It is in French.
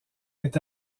est